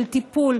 של טיפול,